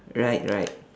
right right